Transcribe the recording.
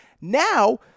Now